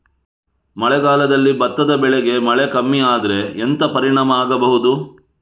ಮಳೆಗಾಲದಲ್ಲಿ ಭತ್ತದ ಬೆಳೆಗೆ ಮಳೆ ಕಮ್ಮಿ ಆದ್ರೆ ಎಂತ ಪರಿಣಾಮ ಆಗಬಹುದು?